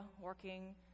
working